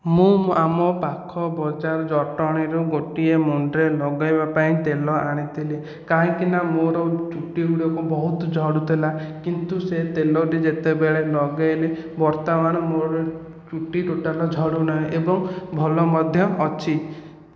ମୁଁ ଆମ ପାଖ ବଜାର ଜଟଣୀରୁ ଗୋଟିଏ ମୁଣ୍ଡରେ ଲଗେଇବା ପାଇଁ ତେଲ ଆଣିଥିଲି କାହିଁକିନା ମୋର ଚୁଟି ଗୁଡ଼ିକ ବହୁତ ଝଡୁଥିଲା କିନ୍ତୁ ସେ ତେଲଟି ଯେତବେଳେ ଲଗାଇଲି ବର୍ତ୍ତମାନ ମୋର ଚୁଟି ଟୋଟାଲ ଝଡ଼ୁ ନାହିଁ ଏବଂ ଭଲ ମଧ୍ୟ ଅଛି